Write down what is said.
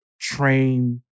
train